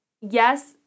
yes